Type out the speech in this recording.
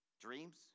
Dreams